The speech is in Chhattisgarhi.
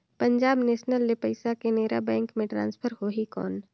पंजाब नेशनल ले पइसा केनेरा बैंक मे ट्रांसफर होहि कौन?